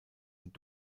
und